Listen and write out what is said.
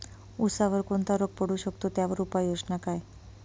ऊसावर कोणता रोग पडू शकतो, त्यावर उपाययोजना काय?